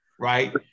right